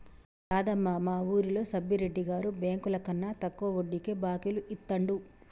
యాదమ్మ, మా వూరిలో సబ్బిరెడ్డి గారు బెంకులకన్నా తక్కువ వడ్డీకే బాకీలు ఇత్తండు